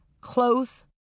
Close